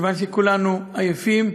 כיוון שכולנו עייפים,